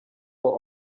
were